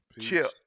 Chill